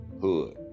hood